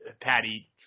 Patty